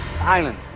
Island